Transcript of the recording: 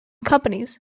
companies